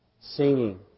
singing